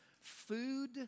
food